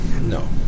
No